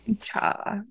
Cha